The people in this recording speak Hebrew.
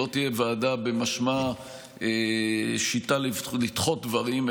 ושלא תהיה ועדה במשמע שיטה לדחות דברים,